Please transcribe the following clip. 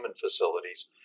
facilities